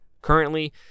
currently